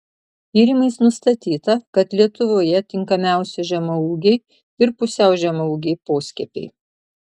tyrimais nustatyta kad lietuvoje tinkamiausi žemaūgiai ir pusiau žemaūgiai poskiepiai